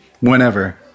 whenever